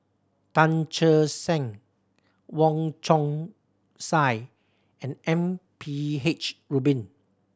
Tan Che Sang Wong Chong Sai and M P H Rubin